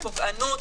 זה בדיוק,